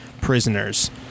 prisoners